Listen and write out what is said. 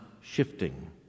shifting